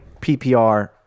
PPR